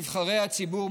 נבחרי הציבור,